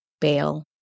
bail